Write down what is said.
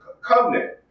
covenant